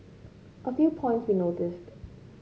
a few points we noticed